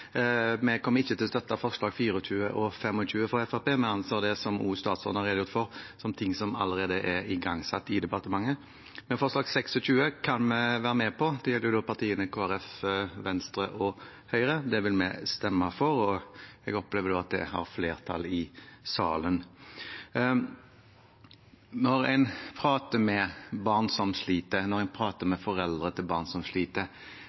Vi kommer ikke til å støtte forslagene nr. 24 og 25, fra Fremskrittspartiet. Vi anser dette – som også statsråden har redegjort for – som ting som allerede er igangsatt i departementet. Vi, altså Høyre, Kristelig Folkeparti og Venstre, kan være med på forslag nr. 26, og det vil vi da stemme for. Jeg opplever at det da er flertall for det forslaget i salen. Når en prater med barn som sliter og foreldrene til barn som sliter,